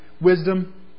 wisdom